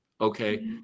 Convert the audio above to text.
okay